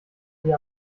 wie